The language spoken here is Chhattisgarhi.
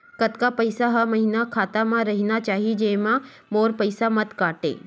कतका पईसा हर महीना खाता मा रहिना चाही जेमा मोर पईसा मत काटे?